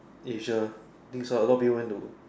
Asia think so a lot of people went to